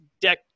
deck